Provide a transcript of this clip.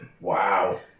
Wow